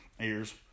ears